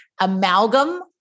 amalgam